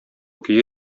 көе